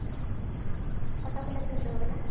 photo ᱠᱚᱞᱮ ᱛᱩᱞᱟᱹᱣ ᱮᱱᱟ